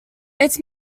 its